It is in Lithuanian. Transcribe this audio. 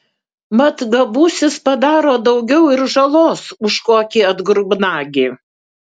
mat gabusis padaro daugiau ir žalos už kokį atgrubnagį